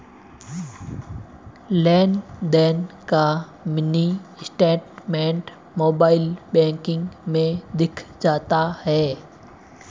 लेनदेन का mini statement mobile banking में दिख जाता है